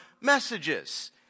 messages